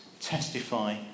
testify